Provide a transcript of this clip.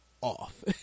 off